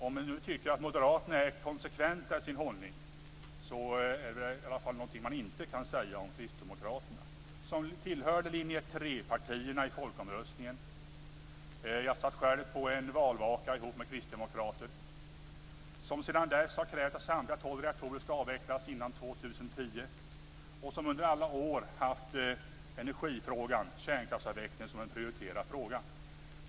Om man nu tycker att moderaterna är konsekventa i sin hållning, så är det i alla fall någonting som man inte kan säga om kristdemokraterna, som ju tillhörde linje 3-partierna i folkomröstningen. Jag satt själv på en valvaka tillsammans med kristdemokrater, som sedan dess har krävt att samtliga tolv reaktorer skall avvecklas före 2010 och som under alla år har haft kärnkraftsavvecklingen som en prioriterad fråga.